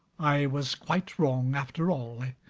i was quite wrong, after all.